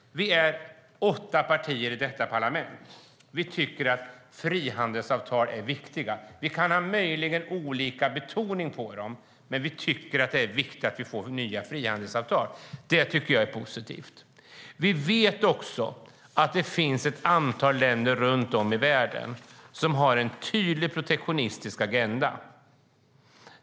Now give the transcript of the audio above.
Vi är åtta partier i detta parlament. Vi tycker att frihandelsavtal är viktiga. Vår betoning kan möjligen vara olika, men vi tycker att är viktigt med nya frihandelsavtal. Det tycker jag är positivt. Vi vet också att det finns ett antal länder runt om i världen som har en tydlig protektionistisk agenda.